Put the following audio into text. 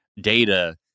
data